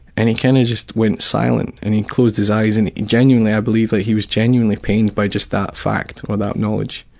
and he kinda just went silent. and he closed his eyes, and genuinely, i believed he was genuinely pained by just that fact, or that knowledge.